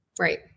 Right